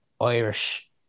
Irish